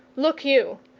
look you,